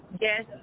yes